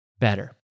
better